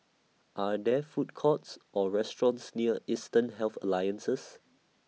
Are There Food Courts Or restaurants near Eastern Health Alliances